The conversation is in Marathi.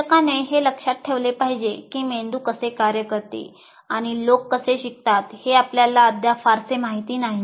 शिक्षकाने हे लक्षात ठेवले पाहिजे की मेंदू कसे कार्य करते आणि लोक कसे शिकतात हे आपल्याला अद्याप फारसे माहिती नाही